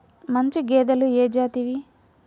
మంచి గేదెలు ఏ జాతివి?